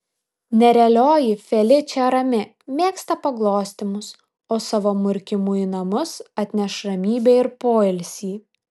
nerealioji feličė rami mėgsta paglostymus o savo murkimu į namus atneš ramybę ir poilsį